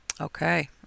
Okay